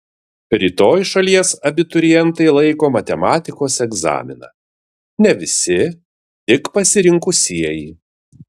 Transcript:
rytoj šalies abiturientai laiko matematikos egzaminą ne visi tik pasirinkusieji